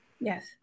Yes